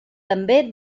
també